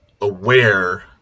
aware